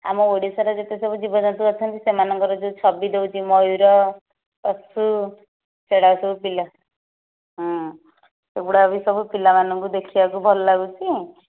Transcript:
ଆମ ଓଡ଼ିଶାରେ ଯେତେ ସବୁ ଜୀବଜନ୍ତୁ ଅଛନ୍ତି ସେମାନଙ୍କର ଯେଉଁ ଛବି ଦେଉଛି ମୟୁର ପଶୁ ସେଗୁଡ଼ା ସବୁ ପିଲା ହଁ ସେଗୁଡ଼ା ବି ସବୁ ପିଲାମାନଙ୍କୁ ଦେଖିବାକୁ ଭଲ ଲାଗୁଛି